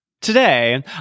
Today